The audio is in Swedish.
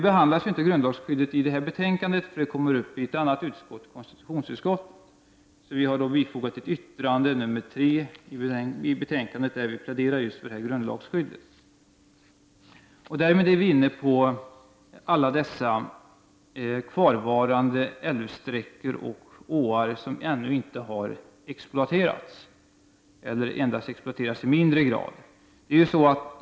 Grundlagsskyddet behandlas inte i detta betänkande, utan det kommer upp i ett annat utskott, nämligen konstitutionsutskottet. Vi har därför till betänkandet bifogat ett yttrande, nr 3, i vilket vi pläderar just för ett grundlagsskydd. Därmed är vi inne på alla de kvarvarande älvsträckor och åar som ännu inte har exploaterats eller endast har exploaterats i mindre grad.